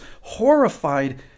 horrified